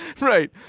Right